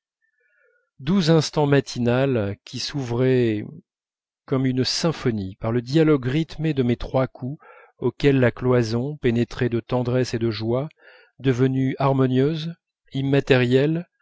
doux instant matinal qui s'ouvrait comme une symphonie par le dialogue rythmé de mes trois coups auquel la cloison pénétrée de tendresse et de joie devenue harmonieuse immatérielle